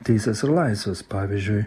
teises ir laisves pavyzdžiui